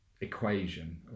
equation